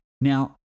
Now